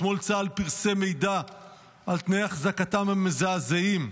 אתמול צה"ל פרסם מידע על תנאי החזקתם המזעזעים,